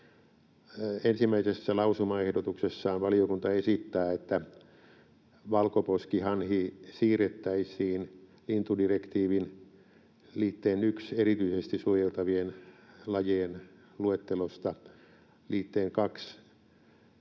Ensimmäisessä lausumaehdotuksessaan valiokunta esittää, että valkoposkihanhi siirrettäisiin lintudirektiivin liitteen I erityisesti suojeltavien lajien luettelosta liitteen II